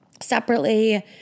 separately